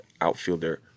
outfielder